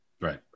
Right